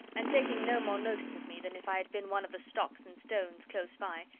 and taking no more notice of me than if i had been one of the stocks and stones close by,